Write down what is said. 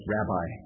Rabbi